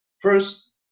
First